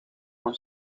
con